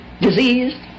disease